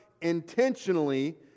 intentionally